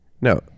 No